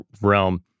realm